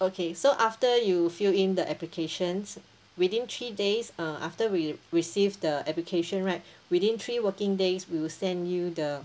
okay so after you fill in the applications within three days uh after we received the application right within three working days we will send you the